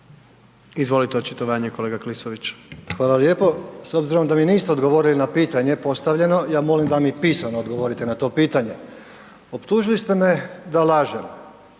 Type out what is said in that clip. Izvolite očitovanje kolega Klisović. **Klisović, Joško (SDP)** Hvala lijepo. S obzirom da mi niste odgovorili na pitanje postavljeno, ja molim da mi pisano odgovorite na to pitanje. Optužili ste me da lažem,